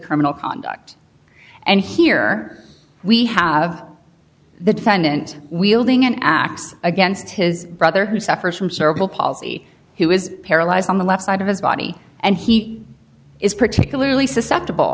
criminal conduct and here we have the defendant wielding an axe against his brother who suffers from cerebral palsy who was paralyzed on the left side of his body and he is particularly susceptible